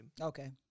Okay